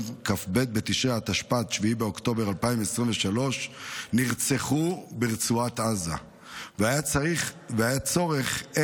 התשפ"ה 2024, לקריאה שנייה ולקריאה שלישית.